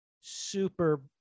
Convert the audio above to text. super